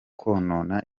konona